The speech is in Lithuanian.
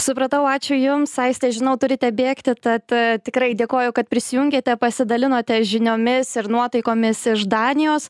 supratau ačiū jums aiste žinau turite bėgti tad tikrai dėkoju kad prisijungėte pasidalinote žiniomis ir nuotaikomis iš danijos